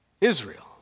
Israel